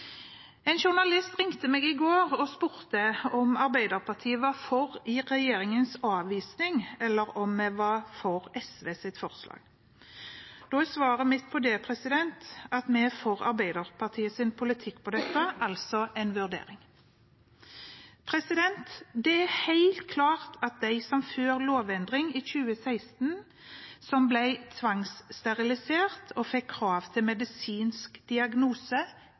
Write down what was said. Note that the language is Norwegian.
En journalist ringte meg i går og spurte om Arbeiderpartiet var for regjeringens avvisning, eller om vi var for SVs forslag. Svaret mitt på det at vi er for Arbeiderpartiets politikk på dette, altså en vurdering. Det er helt klart at de som før lovendring i 2016 ble tvangssterilisert og fikk krav til medisinsk diagnose,